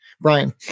Brian